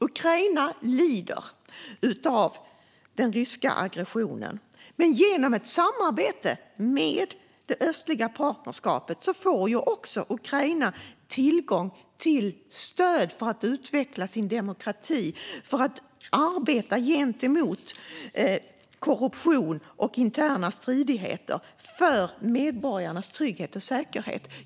Ukraina lider av den ryska aggressionen, men genom ett samarbete med det östliga partnerskapet får också Ukraina tillgång till stöd för att utveckla sin demokrati och arbeta mot korruption och interna stridigheter, för medborgarnas trygghet och säkerhet.